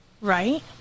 Right